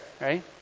right